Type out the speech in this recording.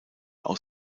aus